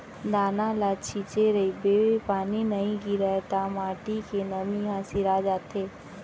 दाना ल छिंचे रहिबे पानी नइ गिरय त माटी के नमी ह सिरा जाथे